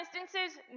instances